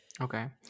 Okay